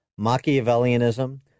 Machiavellianism